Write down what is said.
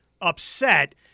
upset